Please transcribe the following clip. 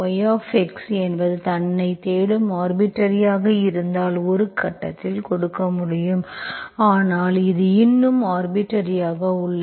yx என்பது தன்னைத் தேடும் ஆர்பிட்டர்ரி ஆக இருந்தால் ஒரு கட்டத்தில் கொடுக்க முடியும் அதனால் அது இன்னும் ஆர்பிட்டர்ரி ஆக உள்ளது